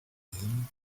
him